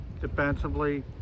Defensively